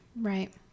Right